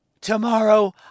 Tomorrow